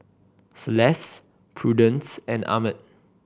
Celeste Prudence and Ahmed